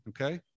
Okay